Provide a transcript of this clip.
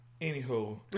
Anywho